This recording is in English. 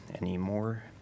anymore